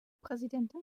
präsidentin